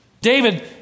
David